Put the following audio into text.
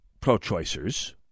pro-choicers